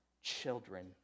children